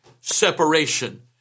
separation